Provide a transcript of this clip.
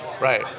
Right